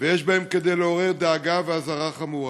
ויש בהן כדי לעורר דאגה ואזהרה חמורה.